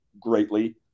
greatly